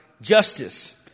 justice